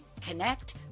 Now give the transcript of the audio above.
connect